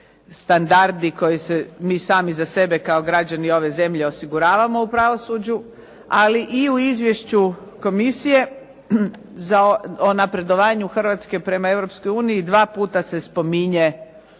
koji se mi sami za sebe kao građani ove zemlje osiguravamo u pravosuđu, ali i u izvješću komisije o napredovanju Hrvatske prema Europskoj uniji dva puta se spominje